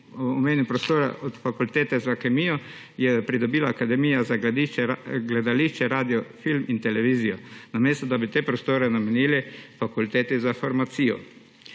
je prostore od fakultete za kemijo pridobila Akademija za gledališče, radio, film in televizijo, namesto da bi te prostore namenili Fakulteti za farmacijo.